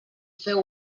feu